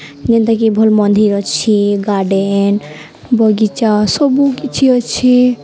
ଯେନ୍ତାକି ଭଲ୍ ମନ୍ଦିର୍ ଅଛି ଗାର୍ଡ଼େନ ବଗିଚା ସବୁ କିଛି ଅଛି